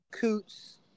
coots